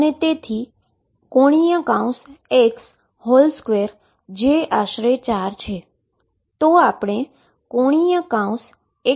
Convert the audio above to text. અને તેથી ⟨x⟩2 જે આશરે 4 છે